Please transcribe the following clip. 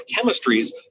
chemistries